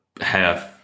half